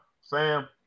sam